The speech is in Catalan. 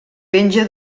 penja